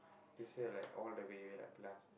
this year like all the way we like blast